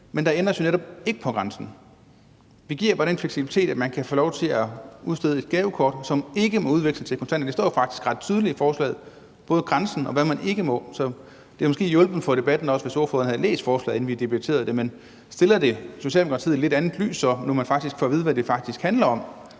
Men der ændres jo netop ikke på grænsen. Vi giver bare den fleksibilitet, at man kan få lov til at udstede et gavekort, som ikke må veksles til kontanter – det står faktisk ret tydeligt i forslaget, både grænsen, og hvad man ikke må. Så det havde måske hjulpet på debatten, hvis ordføreren havde læst forslaget, inden vi debatterede det. Men stiller det det så i et lidt andet lys for Socialdemokratiet, nu man får at